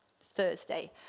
Thursday